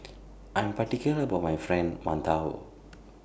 I Am particular about My Fried mantou